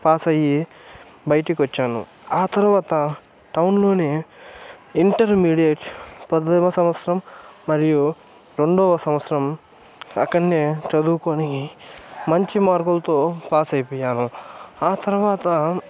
pass అయ్యి బయటకు వచ్చాను ఆ తర్వాత టౌన్లోనే ఇంటర్మీడియట్ పదవ సంవత్సరం మరియు రెండవ సంవత్సరం అక్కడనే చదువుకొని మంచి మార్కులతో పాస్ అయిపోయాను ఆ తర్వాత